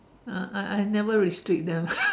uh I I never restrict them